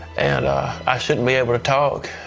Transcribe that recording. and i shouldn't be able to talk,